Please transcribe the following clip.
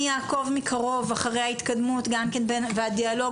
אני אעקוב מקרוב אחרי ההתקדמות והדיאלוג